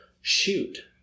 shoot